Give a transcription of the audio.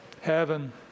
Heaven